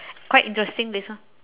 quite interesting this one